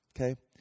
Okay